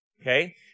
okay